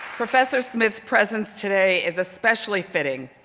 professor smith's presence today is especially fitting,